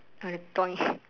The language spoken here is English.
on the toy